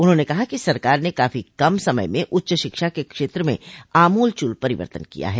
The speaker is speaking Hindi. उन्होंने कहा कि सरकार ने काफी कम समय में उच्च शिक्षा के क्षेत्र में आमूलचूल परिवर्तन किया है